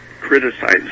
criticize